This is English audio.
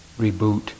reboot